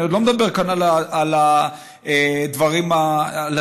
ואני לא מדבר על הדברים האחרים.